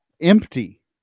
empty